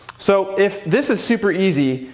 so, if this is super easy,